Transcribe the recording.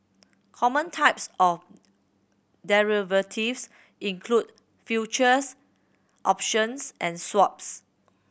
common types of derivatives include futures options and swaps